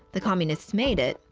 the communist-made it,